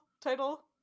title